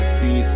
see